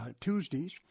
Tuesdays